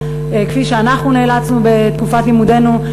כפי שאנחנו נאלצנו בתקופת לימודינו,